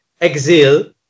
exile